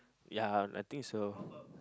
ya I think so